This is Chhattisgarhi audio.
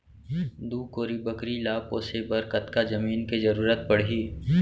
दू कोरी बकरी ला पोसे बर कतका जमीन के जरूरत पढही?